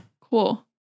Cool